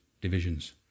divisions